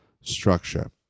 structure